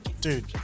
Dude